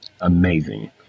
amazing